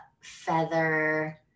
feather